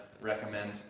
recommend